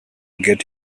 get